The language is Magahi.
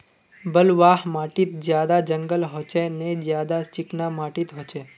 बलवाह माटित ज्यादा जंगल होचे ने ज्यादा चिकना माटित होचए?